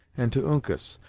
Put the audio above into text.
and to uncas,